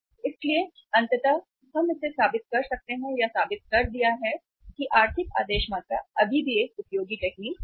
इसलिए अंततः हम इसे साबित कर सकते हैं या यह साबित कर दिया गया है कि आर्थिक आदेश मात्रा अभी भी एक उपयोगी तकनीक है